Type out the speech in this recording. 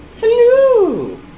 Hello